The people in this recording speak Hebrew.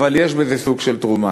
אבל יש בזה סוג של תרומה.